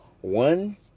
One